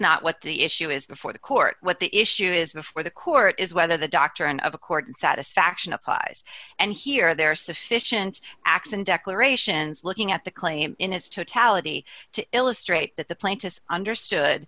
not what the issue is before the court what the issue is before the court is whether the doctrine of a court in satisfaction applies and here there are sufficient acts and declarations looking at the claim in its totality to illustrate that the plaintiffs understood